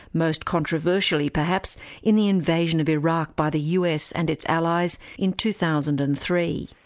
most controversially perhaps in the invasion of iraq by the us and its allies in two thousand and three.